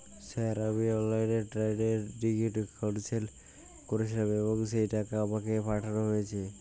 Sir আমি অনলাইনে ট্রেনের টিকিট ক্যানসেল করেছিলাম এবং সেই টাকা আমাকে পাঠানো হয়েছে?